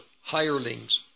hirelings